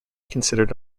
considered